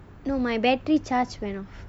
no my battery charge went off